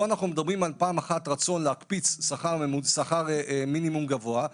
פה אנחנו מדברים פעם אחת על רצון להקפיץ שכר מינימום גבוה,